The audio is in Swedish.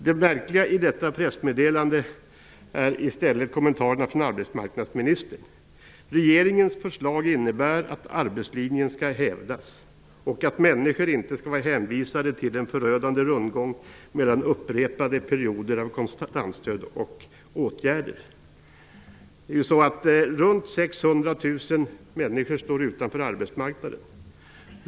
Det märkliga i detta pressmeddelande är i stället kommentarerna från arbetsmarknadsministern: ''Regeringens förslag innebär att arbetslinjen skall hävdas och att människor inte skall vara hänvisade till en förödande rundgång mellan upprepade perioder av kontantstöd och åtgärder.'' Runt 600 000 människor står utanför arbetsmarknaden.